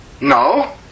No